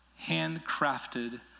handcrafted